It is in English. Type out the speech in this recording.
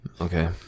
Okay